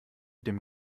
dem